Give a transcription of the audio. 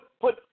put